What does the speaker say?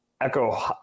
echo